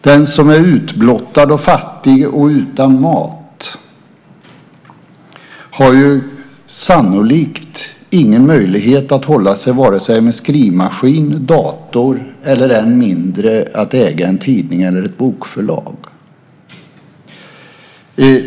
Den som är utblottad, fattig och utan mat har sannolikt ingen möjlighet att hålla sig vare sig med skrivmaskin, dator eller än mindre att äga en tidning eller ett bokförlag.